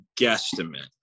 guesstimate